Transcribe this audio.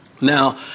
Now